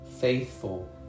faithful